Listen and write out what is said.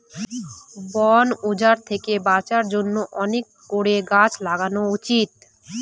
বন উজাড় থেকে বাঁচার জন্য অনেক করে গাছ লাগানো উচিত